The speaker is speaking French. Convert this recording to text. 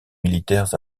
militaires